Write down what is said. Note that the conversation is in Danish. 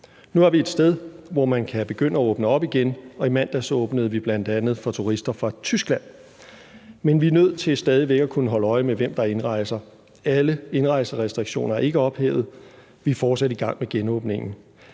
Nu er vi et sted, hvor man kan begynde at åbne op igen, og i mandags åbnede vi bl.a. for turister fra Tyskland, men vi er nødt til stadig væk at kunne holde øje med, hvem der indrejser. Alle indrejserestriktioner er ikke ophævet. Vi er fortsat i gang med genåbningen.